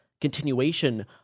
continuation